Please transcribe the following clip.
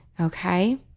okay